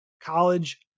college